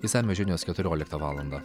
išsamios žinios keturioliktą valandą